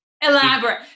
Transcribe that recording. elaborate